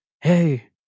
hey